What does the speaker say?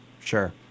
Sure